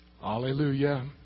Hallelujah